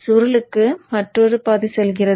சுருளுக்கு மற்றொரு பாதி செல்கிறது